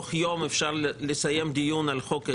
שתוך יום אפשר לסיים דיון על חוק אחד,